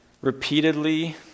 repeatedly